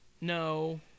No